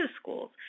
schools